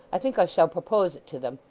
i think i shall propose it to them.